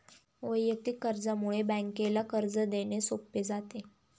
वैयक्तिक कर्जामुळे बँकेला कर्ज देणे सोपे जाते